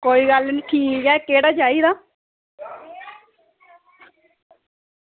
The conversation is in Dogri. कोई गल्ल निं ठीक ऐ केह्ड़ा चाहिदा